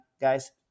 guys